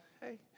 Hey